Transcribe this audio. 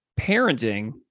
parenting